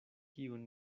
kiun